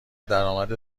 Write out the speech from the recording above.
درآمد